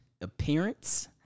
appearance